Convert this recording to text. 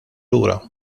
lura